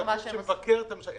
הכנסת היא הגוף שמבקר את הממשלה.